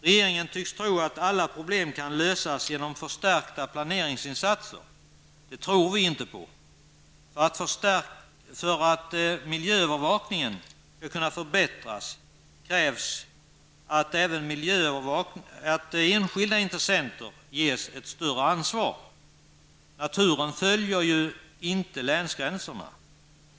Regeringen tycks tro att alla problem kan lösas genom förstärkta planeringsinsatser. Detta tror vi inte på. För att miljöövervakningen skall kunna förbättras krävs att även enskilda intressenter ges ett större ansvar. Naturen följer ju inte länsgränserna.